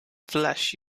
flesh